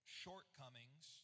shortcomings